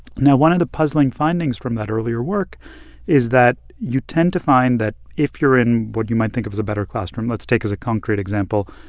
now, one of the puzzling findings from that earlier work is that you tend to find that if you're in what you might think of as a better classroom let's take, as a concrete example,